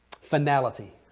finality